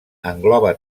engloba